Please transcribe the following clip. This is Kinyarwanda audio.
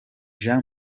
jean